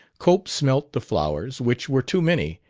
cope smelt the flowers, which were too many,